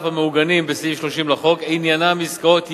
המעוגנים בסעיף 30 לחוק עניינם עסקאות יצוא,